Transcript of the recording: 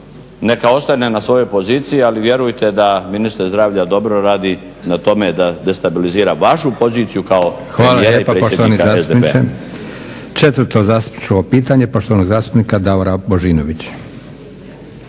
neka ostane na svojoj poziciji ali vjerujete da ministar zdravlja dobro radi na tome da destabilizira vašu poziciju kao premijera i predsjednika SDP-a. **Leko, Josip (SDP)** Hvala lijepa poštovani zastupniče. 4.zastupničko pitanje poštovanog zastupnika Davora Božinovića.